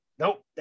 Nope